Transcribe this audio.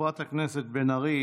חברת הכנסת בן ארי.